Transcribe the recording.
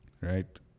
right